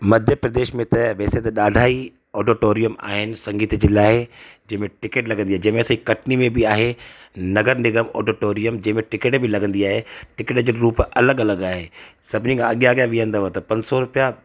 मध्य प्रदेश में त वैसे त ॾाढा ई ऑडोटोरियम आहिनि संगीत लाइ जंहिंमे टिकेट लॻंदी आहे जेंमे असां ई कटनी में बि आहे नगर निगम ऑडोटोरियम जेंमेम टिकेट बि लॻंदी आहे टिकेट जो रूप अलॻि अलॻि आहे सभिनी खां अॻियां अॻियां वेहंदव त पंज सौ रुपिया